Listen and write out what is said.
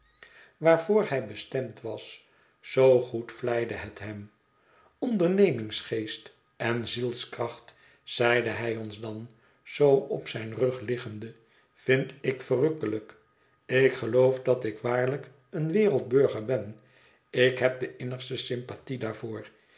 waarvoor hij bestemd was zoo goed vleide het hem ondernemingsgeest en zielskracht zeide hij ons dan zoo op zijn rug liggende vind ik verrukkelijk ik geloof dat ik waarlijk een wereldburger ben ik heb de innigste sympathie daarvoor